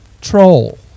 Troll